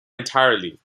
entirely